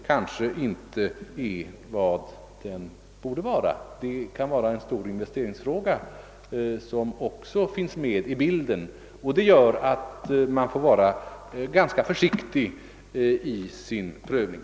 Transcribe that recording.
Det kan innebära att en stor investering blir nödvändig, vilket också behöver tagas med i bilden vid bedömningen. Även detta gör att man måste vara ganska försiktig i sin prövning.